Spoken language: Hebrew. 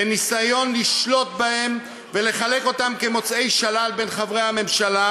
בניסיון לשלוט בהם ולחלק אותם כמוצאי שלל בין חברי הממשלה,